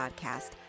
podcast